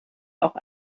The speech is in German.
auch